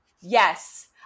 Yes